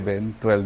12